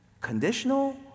conditional